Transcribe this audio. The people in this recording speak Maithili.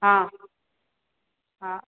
हॅं हॅं